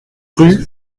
rue